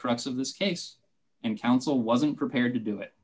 crux of this case and counsel wasn't prepared to do it